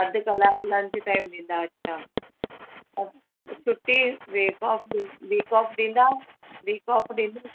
अधि कलाकु lunch time ॾींदा अछा त छुटी वीक ऑफ ड वीक ऑफ ॾींदा वीक ऑफ ॾींदा